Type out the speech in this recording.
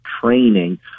training